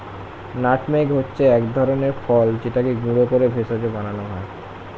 nutmeg হচ্ছে এক ধরনের ফল যেটাকে গুঁড়ো করে ভেষজ বানানো হয়